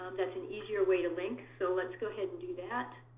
that's an easier way to link, so let's go ahead and do that.